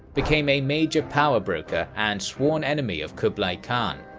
became a major power broker and sworn enemy of kublai khan.